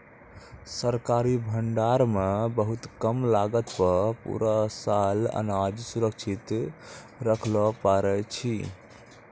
सरकारी भंडार मॅ बहुत कम लागत पर पूरा साल अनाज सुरक्षित रक्खैलॅ पारै छीं